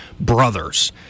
brothers